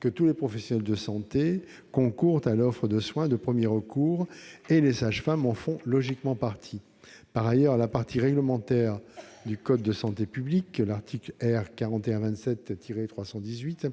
que tous les professionnels de santé concourent à l'offre de soins de premier recours. Les sages-femmes en font logiquement partie. Par ailleurs, la partie réglementaire du code de la santé publique- c'est l'article R. 4127-318